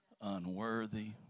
unworthy